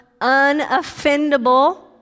unoffendable